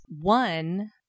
one